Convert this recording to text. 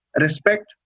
respect